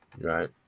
right